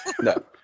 No